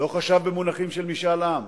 לא חשב במונחים של משאל עם.